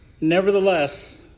Nevertheless